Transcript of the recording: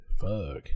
Fuck